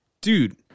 Dude